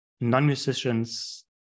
non-musicians